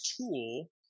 tool